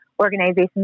organizations